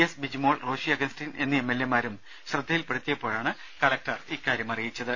S Bijimol Roshy Augustine എന്നീ എംഎൽഎമാരും ശ്രദ്ധയിൽപ്പെടുത്തിയപ്പോഴാണ് കലക്ടർ ഇക്കാര്യം അറിയിച്ചത്